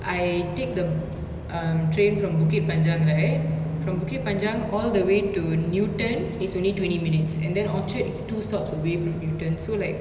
I take the um train from bukit panjang right from bukit panjang all the way to newton is only twenty minutes and then orchard is two stops away from newton so like